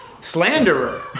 slanderer